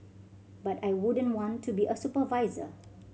but I wouldn't want to be a supervisor